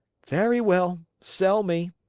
very well, sell me.